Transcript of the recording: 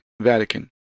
Vatican